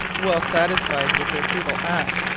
well satisfied with their brutal act,